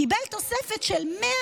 קיבל תוספת של 100